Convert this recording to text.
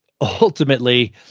ultimately